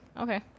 okay